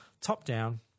top-down